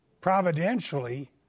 providentially